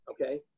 okay